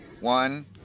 one